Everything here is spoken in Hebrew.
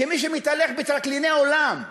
כמי שמתהלך בטרקליני עולם,